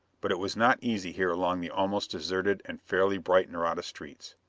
but it was not easy here along the almost deserted and fairly bright nareda streets.